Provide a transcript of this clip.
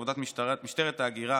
עבודת משטרת ההגירה